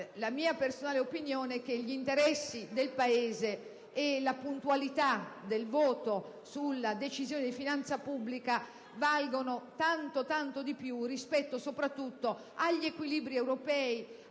La mia personale opinione è che gli interessi del Paese e la puntualità del voto sulla Decisione di finanza pubblica valgano molto di più, avuto riguardo soprattutto agli equilibri europei,